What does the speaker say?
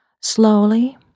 Slowly